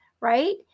right